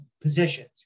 positions